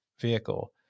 vehicle